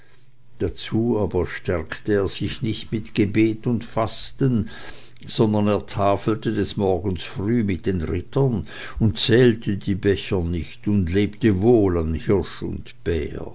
dazu aber stärkte er sich nicht mit gebet und fasten sondern er tafelte des morgens früh mit den rittern und zählte die becher nicht und lebte wohl an hirsch und